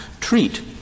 treat